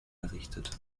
errichtet